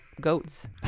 goats